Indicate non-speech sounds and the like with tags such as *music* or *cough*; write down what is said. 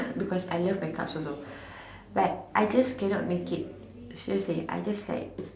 because I love my cups also *breath* like I just cannot make it seriously I just like